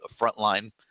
frontline